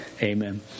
Amen